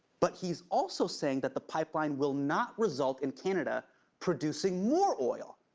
but he's also saying that the pipeline will not result in canada producing more oil,